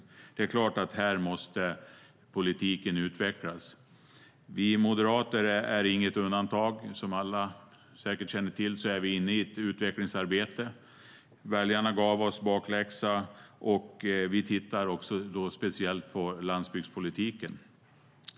Det är klart att här måste politiken utvecklas. Vi moderater är inget undantag. Som alla säkert känner till är vi inne i ett utvecklingsarbete. Väljarna gav oss bakläxa, och vi tittar speciellt på landsbygdspolitiken.